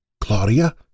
Claudia